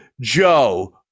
Joe